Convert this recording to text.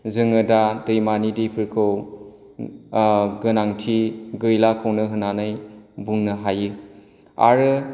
जोङो दा दैमानि दैफोरखौ गोनांथि गैलाखौनो होननानै बुंनो हायो आरो